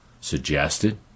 suggested